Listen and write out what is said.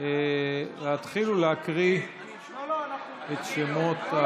להתחיל ולהקריא את שמות,